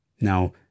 Now